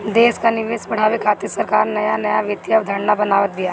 देस कअ निवेश बढ़ावे खातिर सरकार नया नया वित्तीय अवधारणा बनावत बिया